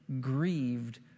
grieved